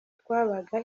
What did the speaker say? twabaga